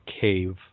cave